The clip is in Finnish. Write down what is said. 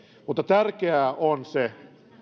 tärkeää on se